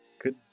good